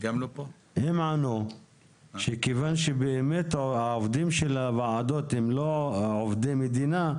האמנו שכיוון שבאמת העובדים של הוועדות הם לא עובדי מדינה,